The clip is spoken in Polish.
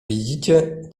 widzicie